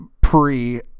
pre